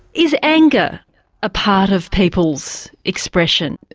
is anger ah part of people's expression?